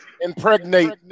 impregnate